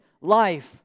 life